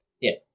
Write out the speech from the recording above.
yes